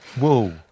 Whoa